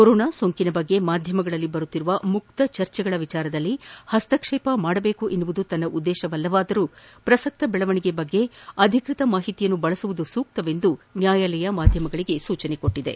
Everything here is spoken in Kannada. ಕೊರೊನಾ ಸೋಂಕಿನ ಬಗ್ಗೆ ಮಾಧ್ಯಮಗಳಲ್ಲಿ ಬರುತ್ತಿರುವ ಮುಕ್ತ ಚರ್ಜೆಗಳ ವಿಷಯದಲ್ಲಿ ಪಸ್ತಕ್ಷೇಪ ಮಾಡುವುದು ತನ್ನ ಉದ್ವೇಶವಲ್ಲವಾದರೂ ಪ್ರಸಕ್ತ ಬೆಳವಣಿಗೆಯ ಬಗ್ಗೆ ಅಧಿಕೃತ ಮಾಹಿತಿಯನ್ನು ಬಳಸುವುದು ಸೂಕ್ತವೆಂದು ನ್ಕಾಯಾಲಯ ಮಾಧ್ಯಮಗಳಿಗೆ ಸೂಚಿಸಿದೆ